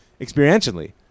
experientially